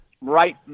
right